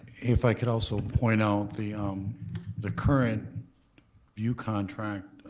if i could also point out the um the current vue contract